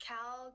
Cal